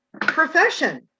profession